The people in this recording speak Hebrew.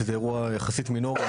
שזה אירוע יחסית מינורי,